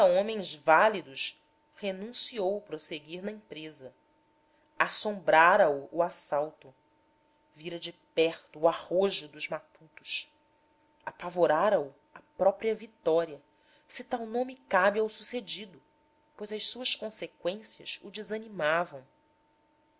homens válidos renunciou prosseguir na empresa assombrara o o assalto vira de perto o arrojo dos matutos apavorara o a própria vitória se tal nome cabe ao sucedido pois as suas conseqüências o desanimavam